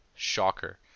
Shocker